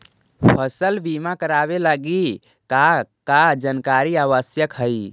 फसल बीमा करावे लगी का का जानकारी आवश्यक हइ?